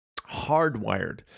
Hardwired